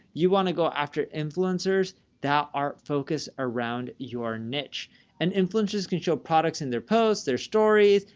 you want to go after influencers that are focused around your niche and influencers can show products in their posts, their stories.